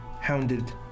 hounded